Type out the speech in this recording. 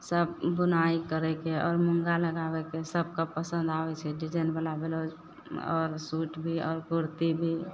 सब बुनाइ करयके आओर मूँगा लगाबयके सबके पसन्द आबय छै डिजाइनवला ब्लाउज आओर सूट भी आओर कुर्ती भी